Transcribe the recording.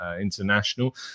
international